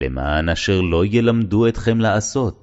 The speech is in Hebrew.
למען אשר לא ילמדו אתכם לעשות.